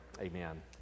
amen